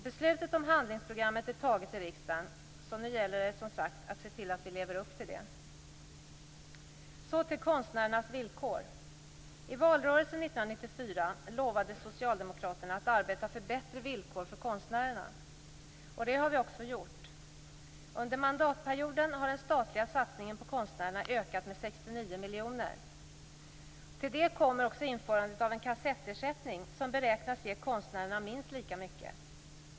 Beslutet om handlingsprogrammet är alltså fattat av riksdagen, så nu gäller det som sagt att vi lever upp till det. Så till konstnärernas villkor. I valrörelsen 1994 lovade Socialdemokraterna att arbeta för bättre villkor för konstnärerna. Det har vi också gjort. Under mandatperioden har den statliga satsningen på konstnärerna ökat med 69 miljoner. Till detta kommer införandet av en kassettersättning, som beräknas ge konstnärerna minst lika mycket.